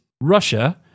Russia